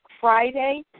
Friday